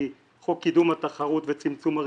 חוק קידום התחרות וצמצום הריכוזיות.